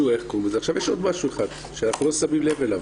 יש עוד משהו אחד שאנחנו לא שמים לב אליו.